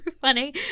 funny